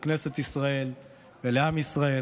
לכנסת ישראל ולעם ישראל,